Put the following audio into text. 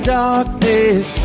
darkness